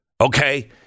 okay